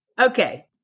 Okay